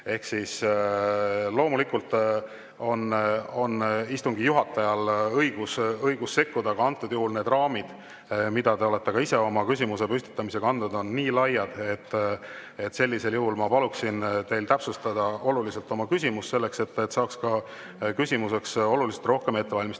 sisu. Loomulikult on istungi juhatajal õigus sekkuda, aga antud juhul need raamid, mida te ise olete oma küsimuse püstitamisega andnud, on nii laiad, et sellisel juhul ma paluksin teil oluliselt täpsustada oma küsimust selleks, et saaks [vastamiseks] oluliselt rohkem ette valmistada.